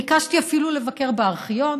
ואפילו ביקשתי לבקר בארכיון.